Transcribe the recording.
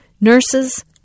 nurses